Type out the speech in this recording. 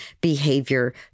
behavior